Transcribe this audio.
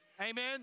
Amen